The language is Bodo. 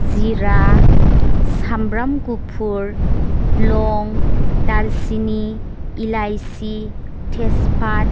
जिरा सामब्राम गुफुर लं दालसिनि इलाइचि तेजपात